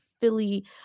Philly